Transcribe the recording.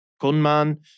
gunman